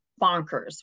bonkers